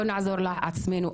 לא נעזור לעצמנו,